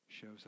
Shows